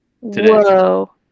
Whoa